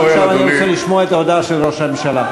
עכשיו אני רוצה לשמוע את ההודעה של ראש הממשלה.